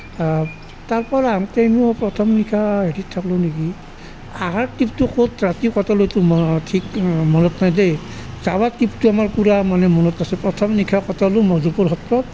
তাৰ পৰা আহোঁতে নো প্ৰথম নিশা হেৰিত থাকিলোঁ নেকি আহাৰ ট্ৰিপটো ক'ত ৰাতি কটালোঁ এইটো মনত ঠিক মনত নাই দেই যাৱাৰ ট্ৰিপটো আমাৰ পূৰা মানে মনত আছে প্ৰথম নিশা কটালোঁ মধুপুৰ সত্ৰত